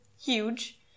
huge